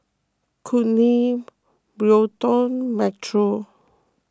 Kourtney Bryton Metro